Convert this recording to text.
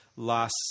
last